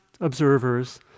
observers